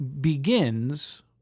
begins